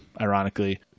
ironically